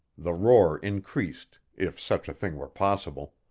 the roar increased, if such a thing were possible.